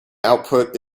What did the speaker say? output